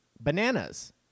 Bananas